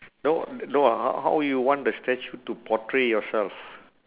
no n~ no h~ how you want the statue to portray yourself